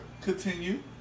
Continue